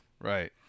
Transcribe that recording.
right